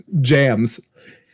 jams